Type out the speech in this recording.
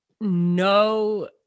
no